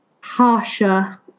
harsher